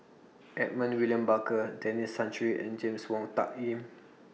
Edmund William Barker Denis Santry and James Wong Tuck Yim